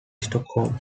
stockholm